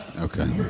Okay